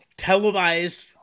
televised